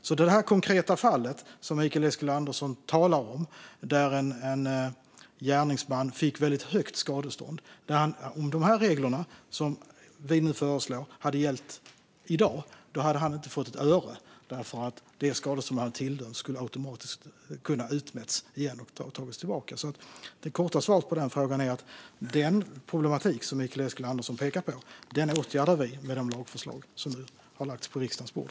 När det gäller det konkreta fall som Mikael Eskilandersson talar om där en gärningsman fick ett väldigt högt skadestånd hade han, om de här reglerna som vi nu föreslår hade gällt i dag, inte fått ett öre, för det skadestånd han tilldömts skulle automatiskt ha kunnat utmätas och tas tillbaka. Det korta svaret på frågan är att vi åtgärdar den problematik som Mikael Eskilandersson pekar på med de lagförslag som nu har lagts på riksdagens bord.